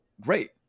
great